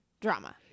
drama